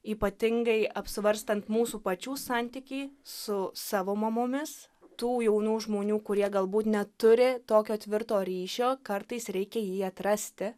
ypatingai apsvarstant mūsų pačių santykį su savo mamomis tų jaunų žmonių kurie galbūt neturi tokio tvirto ryšio kartais reikia jį atrasti